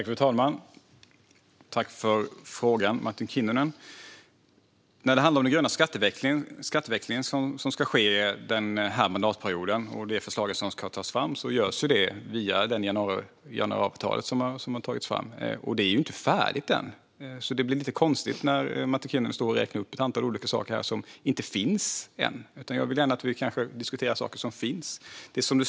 Fru talman! Tack för frågan, Martin Kinnunen! När det handlar om den gröna skatteväxlingen som ska ske denna mandatperiod och förslaget som ska tas fram görs det via januariavtalet. Det är ju inte färdigt än, så det blir konstigt när Martin Kinnunen står här och räknar upp ett antal olika saker som ännu inte finns. Jag vill gärna att vi diskuterar saker som finns.